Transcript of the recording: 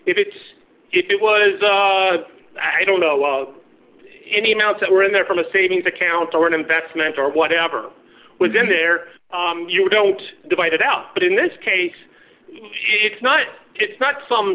it's if it was i don't know any amount that were in there from a savings account or an investment or whatever was in there you don't divide it out but in this case it's not it's not some